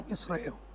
Israel